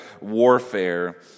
warfare